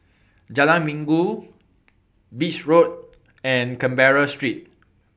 Jalan Minggu Beach Road and Canberra Street